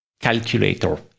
calculator